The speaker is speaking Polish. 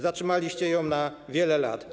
Zatrzymaliście ją na wiele lat.